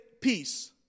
peace